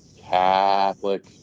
Catholic